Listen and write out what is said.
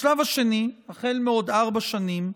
בשלב השני, החל מעוד ארבע שנים,